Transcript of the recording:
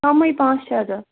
کَمٕے پانٛژھ شےٚ دۄہ